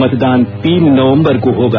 मतदान तीन नवम्बर को होगा